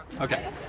Okay